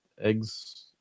eggs